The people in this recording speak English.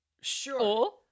Sure